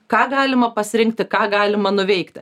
ką galima pasirinkt ir ką galima nuveikti